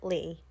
Lee